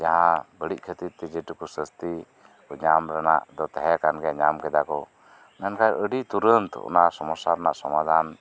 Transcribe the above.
ᱡᱟᱦᱟᱸ ᱵᱟᱹᱲᱤᱡ ᱠᱷᱟᱹᱛᱤᱨ ᱛᱮ ᱡᱮ ᱴᱩᱠᱩ ᱥᱟᱥᱛᱤ ᱧᱟᱢ ᱨᱮᱱᱟᱜ ᱫᱚ ᱛᱟᱦᱮᱸ ᱠᱟᱱ ᱜᱮᱭᱟ ᱧᱟᱢ ᱠᱮᱫᱟ ᱠᱚ ᱢᱮᱱᱠᱷᱟᱱ ᱟᱹᱰᱤ ᱛᱩᱨᱟᱹᱱᱛ ᱚᱱᱟ ᱥᱳᱢᱚᱥᱟ ᱨᱮᱱᱟᱜ ᱥᱚᱢᱟᱫᱷᱟᱱ